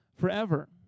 forever